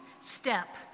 step